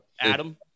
Adam